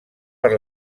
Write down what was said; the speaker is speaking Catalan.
per